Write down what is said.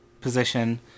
position